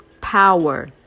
power